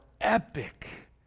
epic